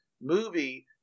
movie